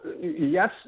yes